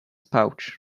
pouch